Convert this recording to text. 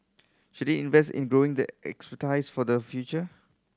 should it invest in growing the expertise for the future